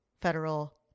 federal